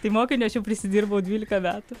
tai mokiniu aš jau prisidirbau dvylika metų